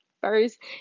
first